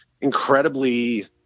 incredibly